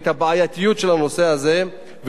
את הבעייתיות של הנושא הזה,